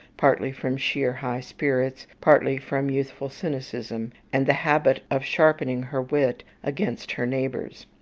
partly from sheer high spirits, partly from youthful cynicism, and the habit of sharpening her wit against her neighbour's.